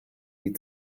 wie